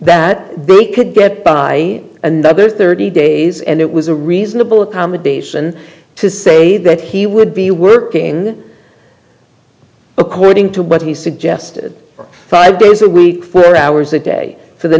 big could get by another thirty days and it was a reasonable accommodation to say that he would be working according to what he suggested five days a week four hours a day for the